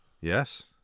Yes